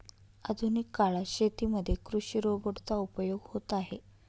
आधुनिक काळात शेतीमध्ये कृषि रोबोट चा उपयोग होत आहे